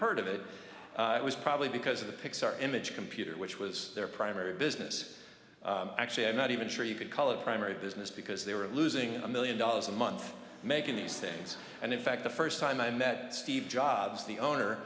heard of it it was probably because of the pixar image computer which was their primary business actually i'm not even sure you could call it primary business because they were losing a million dollars a month making these things and in fact the first time i met steve jobs the owner